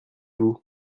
vous